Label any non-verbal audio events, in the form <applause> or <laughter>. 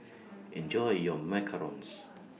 <noise> Enjoy your Macarons